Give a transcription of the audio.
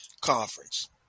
Conference